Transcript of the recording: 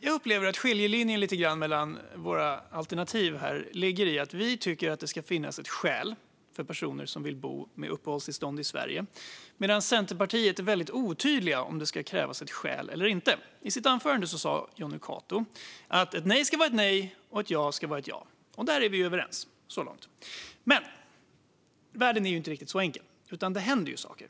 Jag upplever att skiljelinjen mellan våra alternativ är att vi tycker att det ska finnas ett skäl för personer som vill bo med uppehållstillstånd i Sverige medan Centerpartiet är väldigt otydligt med om det ska krävas ett skäl eller inte. I sitt anförande sa Jonny Cato att ett nej ska vara ett nej och ett ja ett ja. Så långt är vi överens. Men världen är inte så enkel, för det händer ju saker.